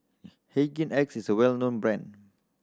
Hygin X is a well known brand